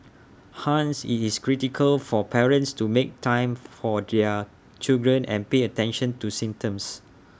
hence IT is critical for parents to make time for their children and pay attention to symptoms